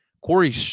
Corey